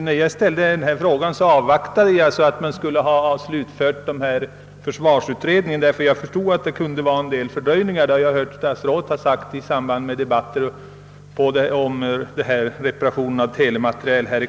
Herr talman! Jag avvaktade försvarsutredningens slutförande innan jag ställde frågan, ty jag förstod att det blivit en del fördröjningar. Jag har ju hört statsrådet redogöra för den saken under tidigare debatter om reparation av telemateriel.